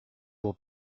will